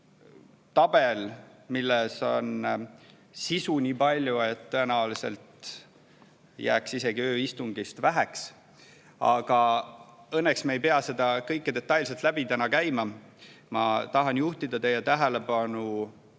tabel, milles on sisu nii palju, et tõenäoliselt jääks isegi ööistungist väheks, aga õnneks me ei pea täna seda kõike detailselt läbi käima. Ma tahan juhtida teie tähelepanu